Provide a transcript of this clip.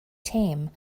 tame